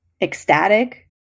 ecstatic